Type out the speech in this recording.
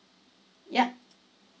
yeah